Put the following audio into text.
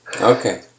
Okay